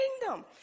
kingdom